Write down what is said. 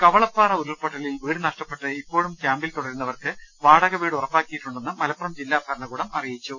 കവളപ്പാറ ഉരുൾപൊട്ടലിൽ വീട് നഷ്ടപ്പെട്ട് ഇപ്പോഴും ക്യാമ്പിൽ തുടരുന്നവർക്ക് വാടകവീട് ഉറപ്പാക്കിയിട്ടു ണ്ടെന്ന് മലപ്പുറം ജില്ലാ ഭരണകൂടം അറിയിച്ചു